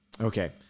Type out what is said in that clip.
Okay